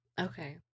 Okay